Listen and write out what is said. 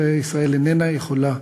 ישראל איננה יכולה